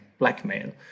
Blackmail